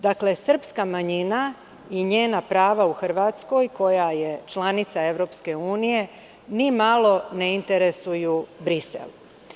Dakle, srpska manjina i njena prava u Hrvatskoj, koja je članica EU, nimalo ne interesuju Brisel.